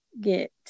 get